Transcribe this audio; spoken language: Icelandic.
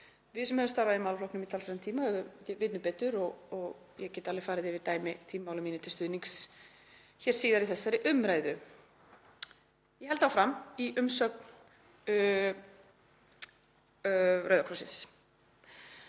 við sem höfum starfað í málaflokknum í talsverðan tíma vitum betur og ég get alveg farið yfir dæmi um það máli mínu til stuðnings hér síðar í þessari umræðu. Ég held áfram í umsögn Rauða krossins